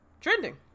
trending